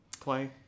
play